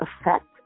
effect